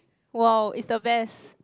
!wow! it's the best